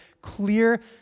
clear